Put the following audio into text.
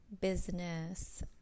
business